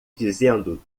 dizendo